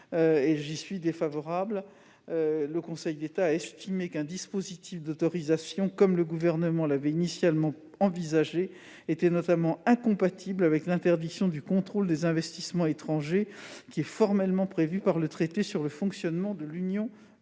suivie. Le Conseil d'État a estimé qu'un dispositif d'autorisation, comme le Gouvernement l'avait initialement envisagé, était notamment incompatible avec l'interdiction du contrôle des investissements étrangers, formellement prévue par le traité sur le fonctionnement de l'Union européenne.